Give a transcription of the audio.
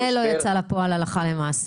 זה לא יצא לפועל הלכה למעשה.